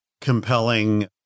compelling